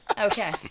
Okay